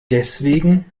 deswegen